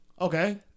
Okay